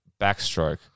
backstroke